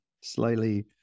slightly